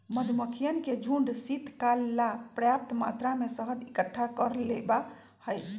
मधुमक्खियन के झुंड शीतकाल ला पर्याप्त मात्रा में शहद इकट्ठा कर लेबा हई